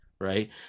right